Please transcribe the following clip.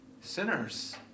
sinners